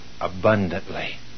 abundantly